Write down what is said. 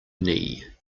knee